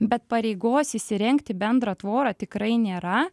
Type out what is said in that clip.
bet pareigos įsirengti bendrą tvorą tikrai nėra